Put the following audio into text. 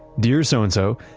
dear so and so,